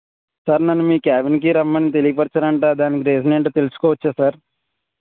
sir నన్ను మీ cabin కి రమ్మని తెలియపరిచారంటా దానికి రీజన్ ఏంటో తెలుసుకోవచ్చా సార్